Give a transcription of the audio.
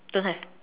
don't have